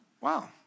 wow